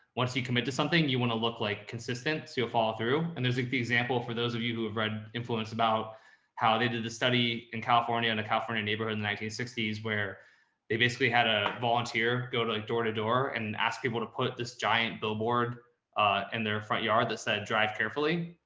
once you commit to something you want to look like consistent. so you'll fall through. and there's like the example for those of you who have read, influence about how they did this study in california, in a california neighborhood, in the nineteen sixty s, where they basically had a volunteer go to like door to door and ask people to put this giant billboard in their yard that said drive carefully.